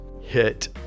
hit